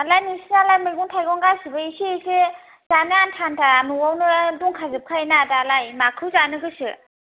दालाय नोंस्रालाय मैगं थाइगं गासिबो एसे एसे जानो आन्था आन्था न'आवनो दंखाजोबखायोना दालाय माखौ जानो गोसो